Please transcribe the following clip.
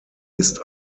ist